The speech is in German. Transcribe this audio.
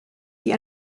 die